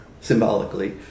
symbolically